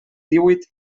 díhuit